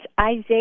Isaiah